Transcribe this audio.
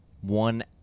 one